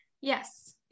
Yes